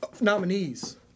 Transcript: Nominees